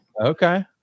Okay